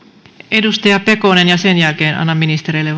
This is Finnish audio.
edustaja pekonen ja sen jälkeen annan ministereille